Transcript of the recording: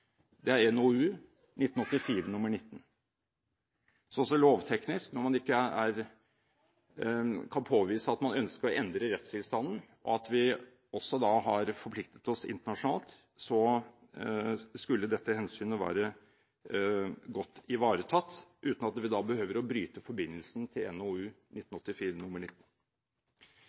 Carsten Smith, NOU 1984: 18. Så lovteknisk, når man ikke kan påvise at man ønsker å endre rettstilstanden, og vi også har forpliktet oss internasjonalt, skulle dette hensynet være godt ivaretatt uten at vi behøver å bryte forbindelsen til NOU 1984: